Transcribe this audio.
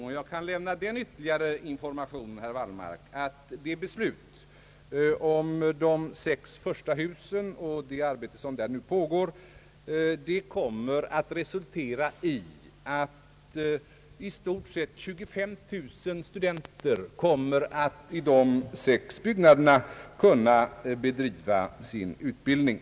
Jag kan, herr Wallmark, lämna den ytterligare informationen att det beslut som fattats om de sex första husen och det arbete som där pågår kommer att resultera i att i stort sett 25 000 studenter kommer att där kunna bedriva sin utbildning.